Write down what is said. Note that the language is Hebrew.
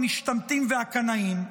המשתמטים והקנאים,